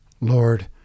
Lord